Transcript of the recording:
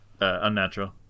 Unnatural